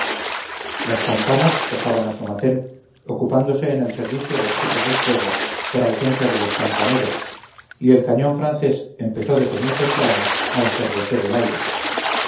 las campanas tocaban a somatén ocupándose en el servicio los chicos del pueblo por ausencia de los campaneros y el cañón francés empezó desde muy temprano a ensordecer el aire